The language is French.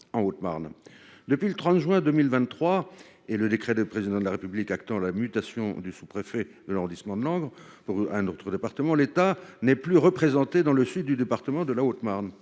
Depuis le 30 juin 2023, et le décret du Président de la République actant la mutation du sous préfet de cet arrondissement vers un autre département, l’État n’est plus représenté dans le sud de la Haute Marne.